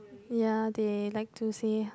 ya they like to say